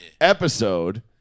episode